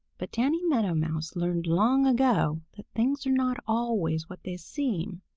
but danny meadow mouse learned long ago that things are not always what they seem,